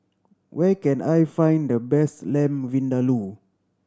where can I find the best Lamb Vindaloo